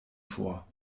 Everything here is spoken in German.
vor